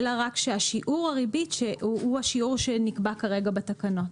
אלא רק ששיעור הריבית הוא השיעור שנקבע כרגע בתקנות.